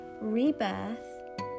rebirth